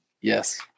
Yes